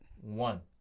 One